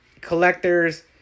collectors